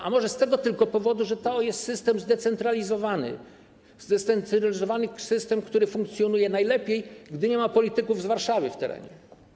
A może z tego tylko powodu, że to jest system zdecentralizowany, zdecentralizowany system, który funkcjonuje najlepiej, gdy nie ma polityków z Warszawy w terenie.